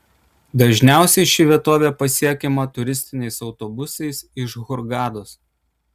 dažniausiai ši vietovė pasiekiama turistiniais autobusais iš hurgados